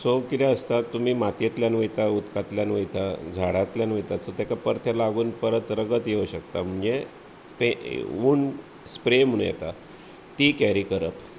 so कितें आसता तुमी मातयेंतल्यान वयता उदकांतल्यान वयता झाडांतल्यान वयता सो तेका परतें लागून परत रगत येवूंक शकता म्हणजे ते उंट स्प्रेय म्हणून येता ती कॅरी करप